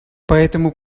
поэтому